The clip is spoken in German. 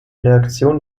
reaktion